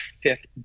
fifth